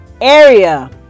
area